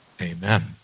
Amen